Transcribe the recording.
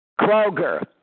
Kroger